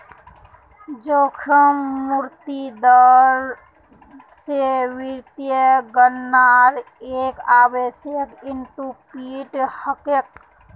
जोखिम मुक्त दर स वित्तीय गणनार एक आवश्यक इनपुट हछेक